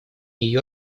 нью